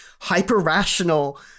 hyper-rational